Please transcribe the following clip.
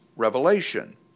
revelation